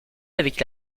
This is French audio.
avec